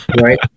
Right